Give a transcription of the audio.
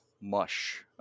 mush